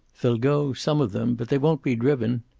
they'll go, some of them, but they won't be driven.